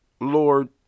Lord